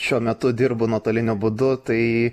šiuo metu dirbu nuotoliniu būdu tai